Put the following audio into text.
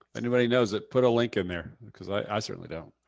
anybody knows it, put a link in there cause i certainly don't.